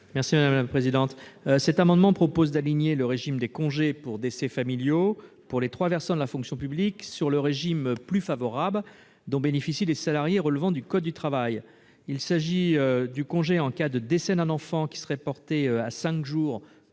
M. Didier Marie. Avec cet amendement, nous proposons d'aligner le régime des congés pour décès familial pour les trois versants de la fonction publique sur le régime, plus favorable, dont bénéficient les salariés relevant du code du travail. Ainsi, le congé en cas de décès d'un enfant serait porté à cinq jours,